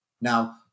Now